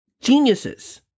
geniuses